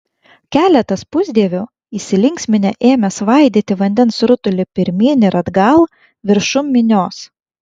keletas pusdievių įsilinksminę ėmė svaidyti vandens rutulį pirmyn ir atgal viršum minios